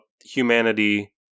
humanity